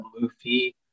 Luffy